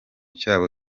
cyabo